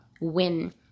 win